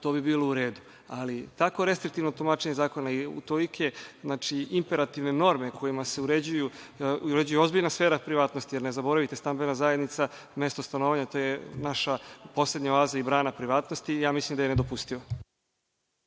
to bi bilo u redu, ali tako restriktivno tumačenje zakona, tolike imperativne norme kojima se uređuje ozbiljna sfera privatnosti, jer ne zaboravite stambena zajednica je mesto stanovanja, to je naša poslednja oaza i brana privatnosti i mislim da je to nedopustivo.